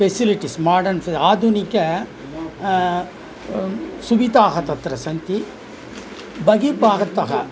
facilities modern आधुनिकाः सुविधाः तत्र सन्ति बहिः भागतः